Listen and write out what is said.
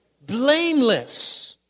Blameless